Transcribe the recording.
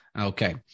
Okay